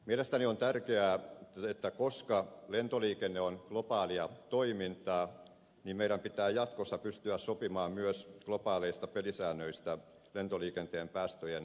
mielestäni on tärkeää että koska lentoliikenne on globaalia toimintaa niin meidän pitää jatkossa pystyä sopimaan myös globaaleista pelisäännöistä lentoliikenteen päästöjen vähentämiseksi